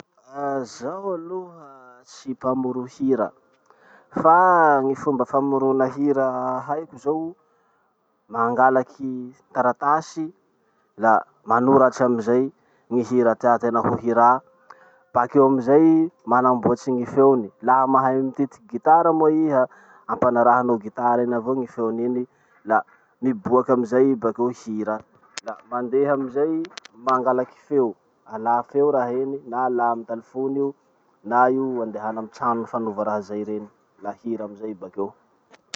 Ah! Zaho aloha tsy mpamoro hira. Fa gny fomba famorona hira haiko zao, mangalaky taratasy la manoratsy amizay ny hira tiatena ho hira. Bakeo amizay manamboatsy gny feony. Laha mahay mititiky gitara moa iha, ampanarahinao gitara iny avao ny feony iny la miboaky amizay i bakeo hira. La mandeha amizay mangalaky feo. Alà feo raha iny, na alà amy talefony io na io andehana amy trano fanova raha zay reny, la hira amizay i bakeo.